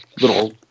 little